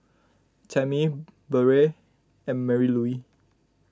Tammy Barrett and Marylouise